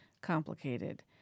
complicated